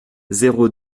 zéro